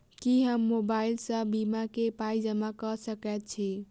की हम मोबाइल सअ बीमा केँ पाई जमा कऽ सकैत छी?